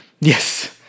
Yes